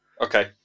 Okay